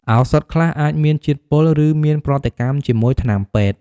ឱសថខ្លះអាចមានជាតិពុល ឬមានប្រតិកម្មជាមួយថ្នាំពេទ្យ។